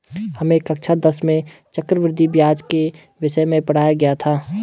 हमें कक्षा दस में चक्रवृद्धि ब्याज के विषय में पढ़ाया गया था